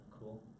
Cool